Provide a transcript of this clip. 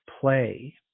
play